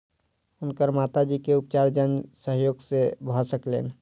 हुनकर माता जी के उपचार जन सहयोग से भ सकलैन